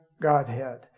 Godhead